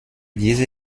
diese